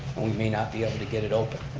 we may not be able to get it open.